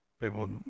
People